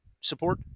support